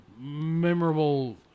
memorable